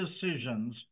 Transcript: decisions